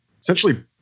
essentially